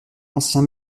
ancien